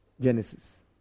Genesis